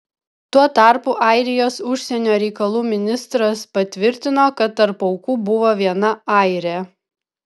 tuo tarpu airijos užsienio reikalų ministras patvirtino kad tarp aukų buvo viena airė